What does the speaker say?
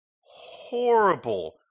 horrible